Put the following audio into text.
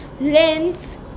lens